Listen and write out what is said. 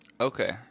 Okay